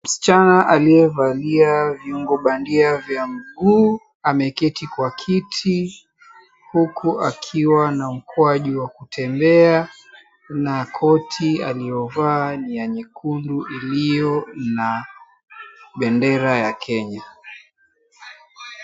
Msichana aliyevaa viungo bandia vya mguu ameketi kwa kiti huku akiwa na mkwaju wa kutembea na koti aliyovaa ni ya nyekundu iliyo na bendera ya Kenya.